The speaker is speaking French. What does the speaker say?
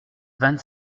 vingt